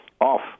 off